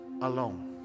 alone